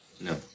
no